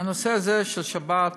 הנושא הזה של שבת,